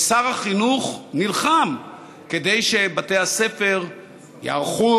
ושר החינוך נלחם כדי שבתי הספר יארחו